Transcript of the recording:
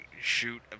shoot